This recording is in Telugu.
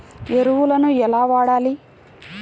ఎరువులను ఎలా వాడాలి?